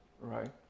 Right